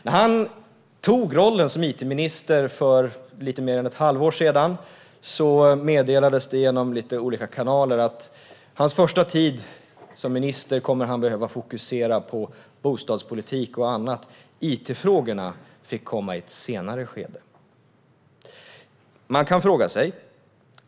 När han tog rollen som it-minister för lite mer än ett halvår sedan meddelades det genom lite olika kanaler att han sin första tid som minister kommer att behöva fokusera på bostadspolitik och annat. It-frågorna fick komma i ett senare skede.